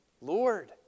Lord